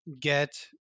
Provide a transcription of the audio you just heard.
get